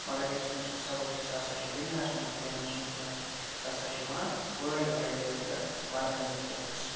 مگر یُس تٔمۍ سُنٛد سبق چھِ سُہ ہسا چھِ دُنیاہَس منٛز فیمَس وٕنۍکٮ۪نَس سُہ ہسا چھِ یِوان وٲلڈٕ وایِڈ لٮ۪ولہِ پٮ۪ٹھ پَرنہٕ وٕنۍکٮ۪نَس